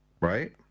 Right